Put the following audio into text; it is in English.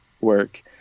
work